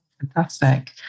fantastic